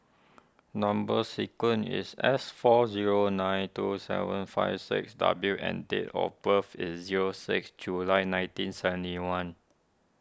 Number Sequence is S four zero nine two seven five six W and date of birth is zero six July nineteen seventy one